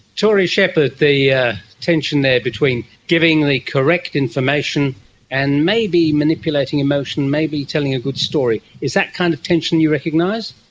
tory shepherd, the yeah tension there between giving the correct information and maybe manipulating emotion, maybe telling a good story. is that the kind of tension you recognise?